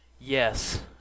Yes